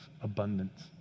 abundance